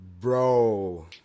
Bro